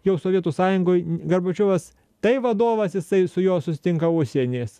jau sovietų sąjungoj gorbačiovas tai vadovas jisai su juo susitinka užsienis